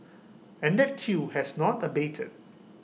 and that queue has not abated